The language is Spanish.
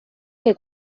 que